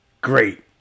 great